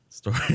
Story